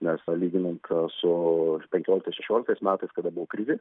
nes lyginant su penkioliktais šešioliktais metais kada buvo krizė